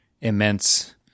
immense